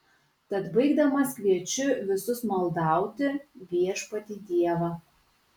tad baigdamas kviečiu visus maldauti viešpatį dievą